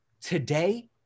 today